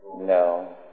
No